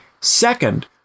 Second